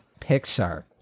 Pixar